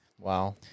Wow